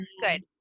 good